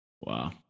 Wow